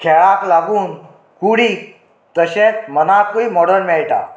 खेळाक लागून कूडीक तशेंत मनाकूय मोडण मेळटा